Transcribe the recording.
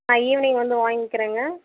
நான் ஈவினிங் வந்து வாய்ங்க்கிறேங்க